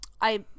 I-